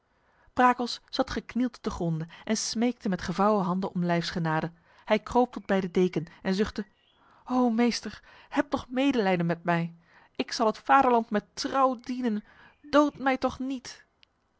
brakels zat geknield te gronde en smeekte met gevouwen handen om lijfsgenade hij kroop tot bij de deken en zuchtte o meester heb toch medelijden met mij ik zal het vaderland met trouw dienen dood mij toch niet